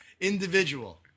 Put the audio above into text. individual